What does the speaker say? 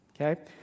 Okay